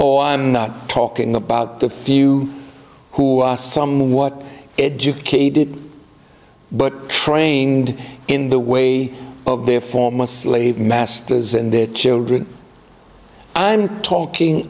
oh i'm not talking about the few who are somewhat educated but trained in the way of their foremost slave masters and their children i'm talking